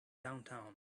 downtown